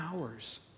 hours